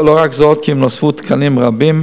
לא רק זאת כי אם נוספו תקנים רבים,